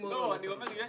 אני חושב שכל